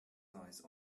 nice